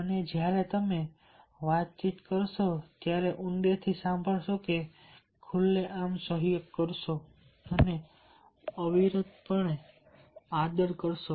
અને જ્યારે તમે વાતચીત કરશો ત્યારે ઊંડેથી સાંભળશો ખુલ્લેઆમ સહયોગ કરશો અને અવિરતપણે આદર કરશો